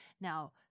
Now